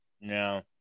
No